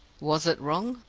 was it wrong?